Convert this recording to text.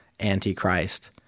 Antichrist